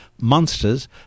monsters